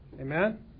Amen